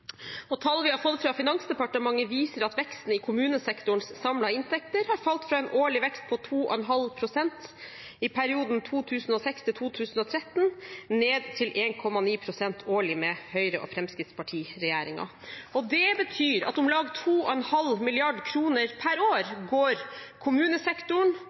Tall vi har fått fra Finansdepartementet, viser at veksten i kommunesektorens samlede inntekter har falt fra en årlig vekst på 2,5 pst. i perioden 2006–2013 ned til 1,9 pst. årlig med Høyre–Fremskrittsparti-regjeringen. Det betyr at kommunesektoren og eldre som trenger omsorg, går glipp av om lag 2,5 mrd. kr per år.